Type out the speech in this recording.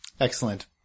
Excellent